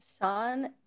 Sean